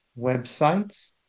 websites